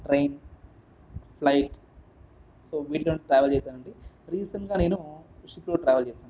train flight so వీటిలోని travel చేశానండి రీసెంట్గా నేను షిప్లో ట్రావెల్ చేశాను